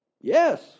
Yes